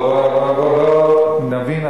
בוא נבין,